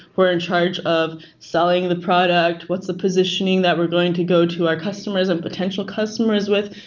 we're in charge of selling the product, what's the positioning that we're going to go to our customers and potential customers with.